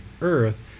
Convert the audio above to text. earth